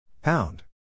Pound